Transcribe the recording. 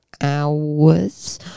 hours